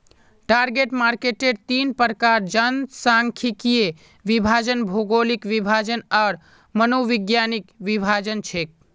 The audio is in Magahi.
टारगेट मार्केटेर तीन प्रकार जनसांख्यिकीय विभाजन, भौगोलिक विभाजन आर मनोवैज्ञानिक विभाजन छेक